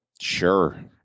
Sure